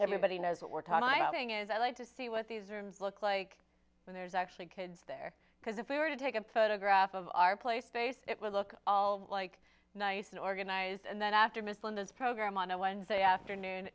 everybody knows what we're talking is i like to see what these rooms look like when there's actually kids there because if we were to take a photograph of our place base it would look all like nice and organized and then after miss linda's program on a wednesday afternoon